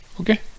Okay